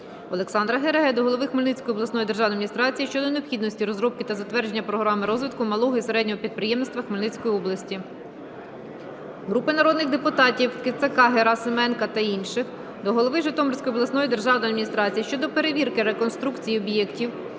Олександра Гереги до голови Хмельницької обласної державної адміністрації щодо необхідності розробки та затвердження програми розвитку малого і середнього підприємництва Хмельницької області. Групи народних депутатів (Кицака, Герасименка та інших) до голови Житомирської обласної державної адміністрації щодо перевірки реконструкції об'єктів